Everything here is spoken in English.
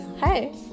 Hi